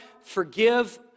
forgive